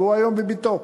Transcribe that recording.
והיום הוא בביתו.